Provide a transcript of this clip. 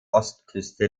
ostküste